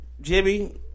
Jimmy –